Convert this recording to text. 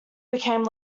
became